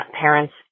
parents